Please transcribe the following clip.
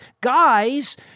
guys